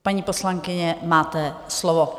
Paní poslankyně, máte slovo.